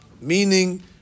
meaning